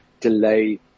delay